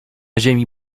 ziemi